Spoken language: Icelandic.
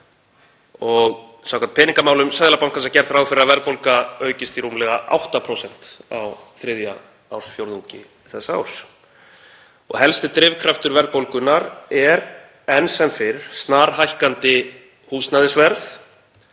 Samkvæmt Peningamálum Seðlabankans er gert ráð fyrir að verðbólga aukist í rúmlega 8% á þriðja ársfjórðungi þessa árs. Helsti drifkraftur verðbólgunnar er enn sem fyrr snarhækkandi húsnæðisverð